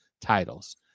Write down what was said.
titles